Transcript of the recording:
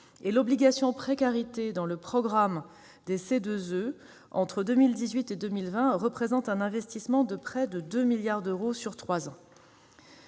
L'obligation précarité énergétique dans le programme des C2E, entre 2018 et 2020, représente un investissement de près de 2 milliards d'euros sur trois